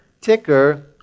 Ticker